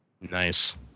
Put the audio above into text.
Nice